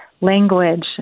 language